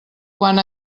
quan